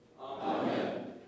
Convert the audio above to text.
Amen